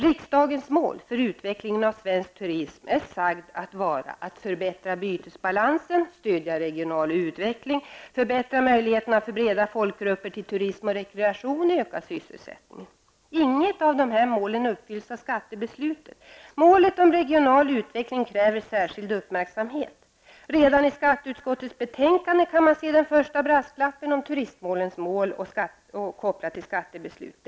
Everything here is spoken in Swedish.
Riksdagen mål för utvecklingen av svensk turism har sagts vara att förbättra bytesbalansen, att stödja regional utveckling, att förbättra möjligheterna för breda folkgrupper till turism och rekreation och att öka sysselsättningen. Inget av de målen uppfylls av skattebeslutet. Målet om regional utveckling kräver särskild uppmärksamhet. Redan i skatteutskottets betänkande kan man se den första brasklappen om turismens mål kopplad till skattebeslutet.